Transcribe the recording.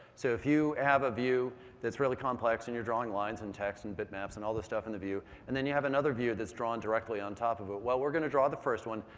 so if you have a view that's really complex and you're drawing lines and text and bit maps and all the stuff in the view and then you have another view that's drawn directly on top of it, what we're going to draw the first one,